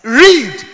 read